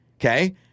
Okay